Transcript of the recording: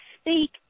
speak